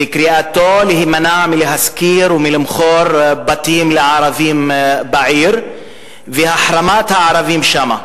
וקריאתו להימנע מלהשכיר ומלמכור בתים לערבים בעיר והחרמת הערבים שם.